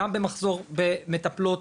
גם במטפלות,